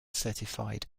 certified